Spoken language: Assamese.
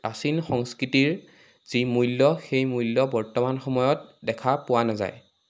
প্ৰাচীন সংস্কৃতিৰ যি মূল্য সেই মূল্য বৰ্তমান সময়ত দেখা পোৱা নাযায়